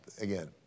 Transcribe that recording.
again